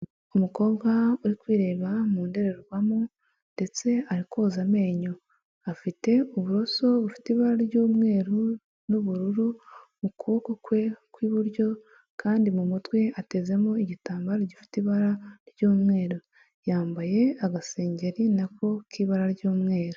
Umukobwa uri kwireba mu ndorerwamo ndetse ari koza amenyo, afite uburoso bufite ibara ry'umweru n'ubururu mu kuboko kwe kw'iburyo kandi mu mutwe atezemo igitambaro gifite ibara ry'umweru, yambaye agasengeri nako k'ibara ry'umweru.